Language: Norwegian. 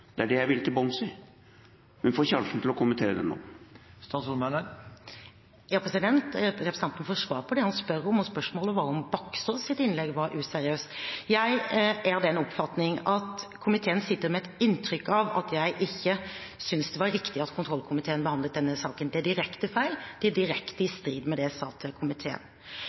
Det er det jeg vil til bunns i. Hun får sjansen til å kommentere det nå. Representanten får svar på det han spør om, og spørsmålet var om Baksaas’ innlegg var useriøst. Jeg er av den oppfatning at komiteen sitter med et inntrykk av at jeg ikke synes det var riktig at kontrollkomiteen behandlet denne saken. Det er direkte feil, det er direkte i strid med det jeg sa til komiteen.